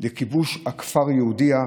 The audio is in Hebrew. לכיבוש הכפר יהודייה,